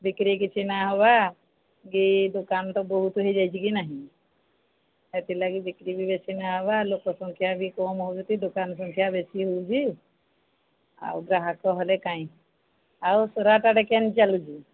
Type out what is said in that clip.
ବିକ୍ରି କିଛି ନାଁ ହବା କି ଦୋକାନ ତ ବହୁତ ହେଇଯାଇଛି କି ନାହିଁ ସେଥିଲାଗି ବିକ୍ରି ବି ବେଶୀ ନା ହବା ଲୋକ ସଂଖ୍ୟା ବି କମ୍ ହେଉଛନ୍ତି ଦୋକାନ ସଂଖ୍ୟା ବେଶି ହେଉଛି ଆଉ ଗ୍ରାହକ ହେଲେ କାହିଁ ଆଉ ସୁରଟା ଆଡ଼େ କେମ୍ତି ଚାଲୁଛି